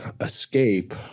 escape